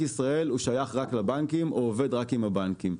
ישראל שייך רק לבנקים או עובד רק עם הבנקים.